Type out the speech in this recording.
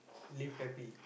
live happy